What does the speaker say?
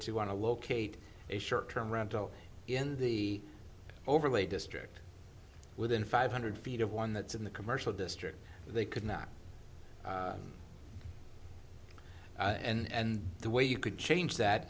to want to locate a short term rental in the overlay district within five hundred feet of one that's in the commercial district they could not and the way you could change that